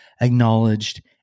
acknowledged